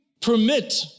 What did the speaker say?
permit